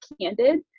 candid